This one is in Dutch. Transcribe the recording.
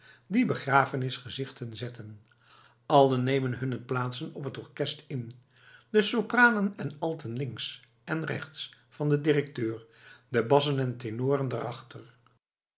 die begrafenisgezichten zetten allen nemen hunne plaatsen op het orkest in de sopranen en alten links en rechts van den directeur de bassen en tenoren daarachter